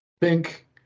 pink